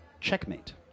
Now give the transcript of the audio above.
Checkmate